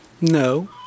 No